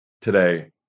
today